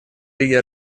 лиги